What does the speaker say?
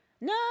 no